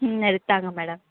ம் எடுத்துதாங்க மேடம்